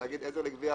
תאגיד עזר לגבייה,